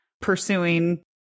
pursuing